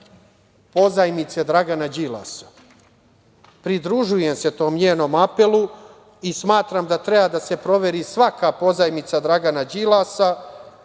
pozajmice Dragana Đilasa. Pridružujem se tom njenom apelu, i smatram da treba da se proveri svaka pozajmica Dragana Đilasa,